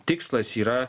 tikslas yra